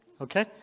Okay